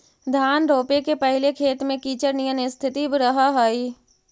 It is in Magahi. धान रोपे के पहिले खेत में कीचड़ निअन स्थिति रहऽ हइ